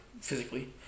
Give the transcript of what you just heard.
physically